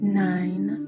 nine